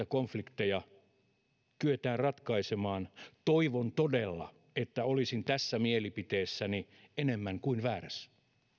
konflikteja kyetään ratkaisemaan toivon todella että olisin tässä mielipiteessäni enemmän kuin väärässä